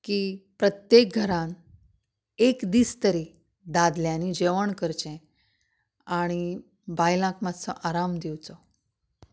की प्रत्येक घरांत एक दीस तरी दादल्यांनी जेवण करचें आनी बायलांक मातसो आराम दिवचो